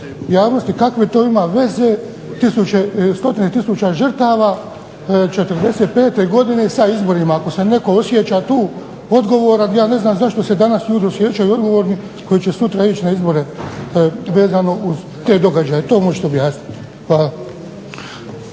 javnosti kakve to ima veze stotine tisuća žrtava '45. godine sa izborima. Ako se netko osjeća tu odgovoran, ja ne znam zašto se danas ljudi osjećaju odgovornim koji će sutra ići na izbore, vezano uz te događaje. To možete objasniti.